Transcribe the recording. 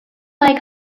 leg